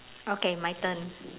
okay my turn